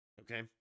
Okay